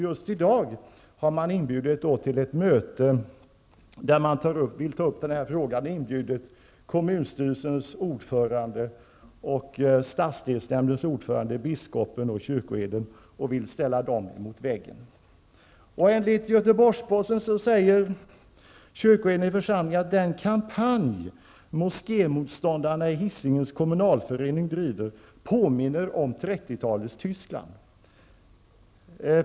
Just i dag har man inbjudit kommunstyrelsens ordförande, stadsdelsnämndens ordförande, biskopen och kyrkoherden till ett möte om den här frågan och vill ställa dem mot väggen. Enligt Göteborgs-Posten säger kyrkoherden i församlingen att den kampanj som moskémotståndarna i Hisingens kommunalförening driver påminner om 30-talets Tyskland.